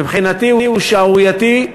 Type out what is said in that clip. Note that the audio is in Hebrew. מבחינתי הוא שערורייתי,